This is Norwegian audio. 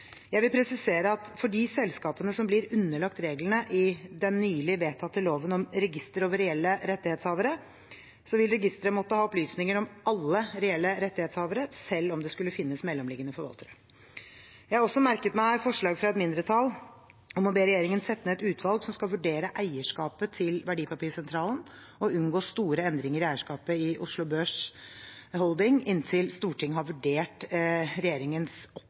Jeg vil presisere at for de selskapene som blir underlagt reglene i den nylig vedtatte loven om register over reelle rettighetshavere, vil registeret måtte ha opplysninger om alle reelle rettighetshavere, selv om det skulle finnes mellomliggende forvaltere. Jeg har også merket meg forslag fra et mindretall om å be regjeringen sette ned et utvalg som skal vurdere eierskapet til Verdipapirsentralen og unngå store endringer i eierskapet i Oslo Børs VPS Holding ASA inntil Stortinget har vurdert regjeringens